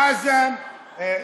חזן.